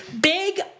big